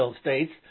states